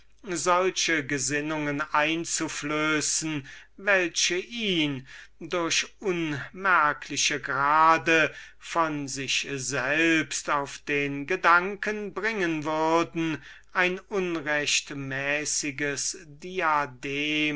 solche gesinnungen einzuflößen welche ihn durch unmerkliche grade von sich selbst auf die gedanken bringen würden ein unrechtmäßiges diadem